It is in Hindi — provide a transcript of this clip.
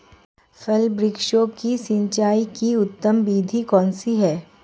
फल वृक्ष की सिंचाई की उत्तम विधि कौन सी है?